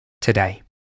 today